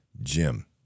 Jim